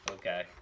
Okay